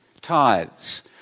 tithes